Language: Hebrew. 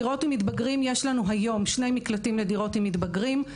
יש לנו היום שני מקלטים לדירות עם מתבגרים.